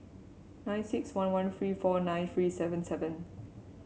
nine six one one three four nine three seven seven